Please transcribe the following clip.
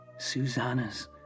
Susanna's